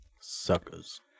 Suckers